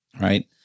Right